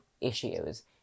issues